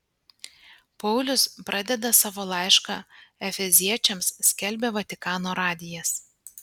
paulius pradeda savo laišką efeziečiams skelbia vatikano radijas